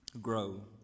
grow